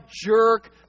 jerk